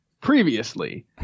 previously